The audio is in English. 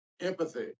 empathy